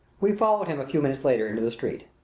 we followed him a few minutes later into the street.